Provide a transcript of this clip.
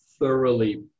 thoroughly